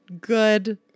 Good